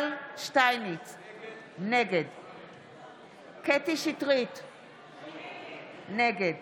נגד קטי קטרין שטרית, נגד